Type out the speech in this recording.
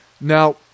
Now